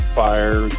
fire